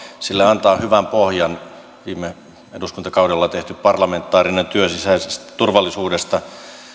sille antaa hyvän pohjan viime eduskuntakaudella tehty parlamentaarinen työ sisäisestä turvallisuudesta